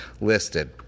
listed